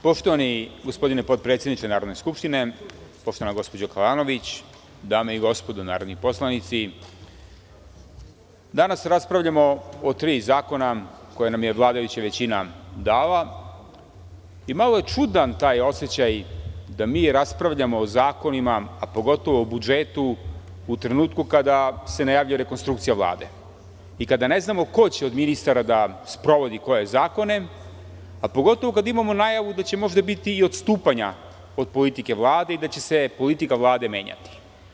Poštovani gospodine potpredsedniče Narodne skupštine, poštovana gospođo Kalanović, dame i gospodo narodni poslanici, danas raspravljamo o tri zakona koja nam je vladajuća većina dala i malo je čudan taj osećaj da mi raspravljamo o zakonima, a pogotovo o budžetu u trenutku kada se najavljuje rekonstrukcija Vlade, i kada ne znamo ko će od ministara da sprovodi koje zakone, a pogotovo kada imamo najavu da će možda biti i odstupanja od politike Vlade i da će se politika Vlade menjati.